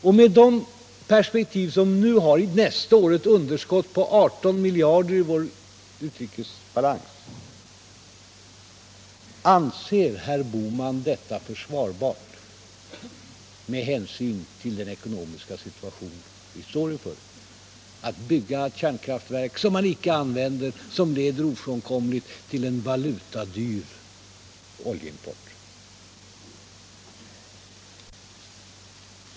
Jag vill fråga herr Bohman om han med hänsyn till den ekonomiska situation som vi står inför och i det perspektiv vi nu har, med ett underskott på 18 miljarder i vår utrikeshandelsbalans nästa år, anser det vara försvarbart att bygga kärnkraftverk som icke används och som ofrånkomligt leder till en valutadyr oljeimport?